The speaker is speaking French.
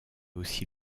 aussi